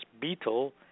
beetle